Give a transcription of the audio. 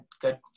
good